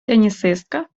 тенісистка